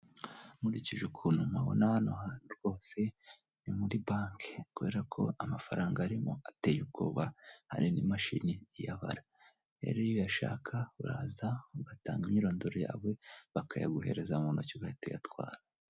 Nkurikije ukuntu mpabona hano hantu rwose, ni muri banki, kubera ko amafaranga arimo ateye ubwoba, hari n'imashini iyabara. Rero iyo uyashaka, uraza ugatanga imyirondoro yawe, bakayaguhereza mu ntoki ugahita uyatwara.